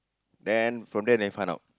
then from there then find out